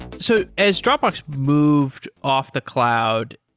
so as dropbox moved off the cloud,